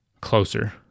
closer